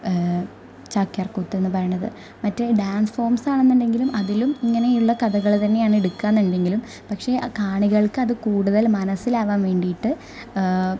ചാക്യാര്കൂത്തെന്ന് പറയുന്നത് മറ്റേ ഡാന്സ് ഫോമ്സാണെന്നുണ്ടെങ്കിലും അതിലും ഇങ്ങനെയുള്ള കഥകള് തന്നെയാണ് എടുക്കുന്നത് എന്നുടെങ്കിലും പക്ഷെ കാണികള്ക്കത് കൂടുതല് മനസ്സിലാകാൻ വേണ്ടിയിട്ട്